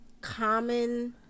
common